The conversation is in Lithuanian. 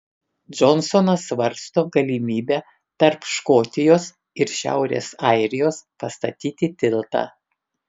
džonsonas svarsto galimybę tarp škotijos ir šiaurės airijos pastatyti tiltą